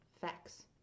facts